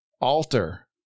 alter